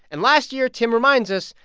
and last year, tim reminds us,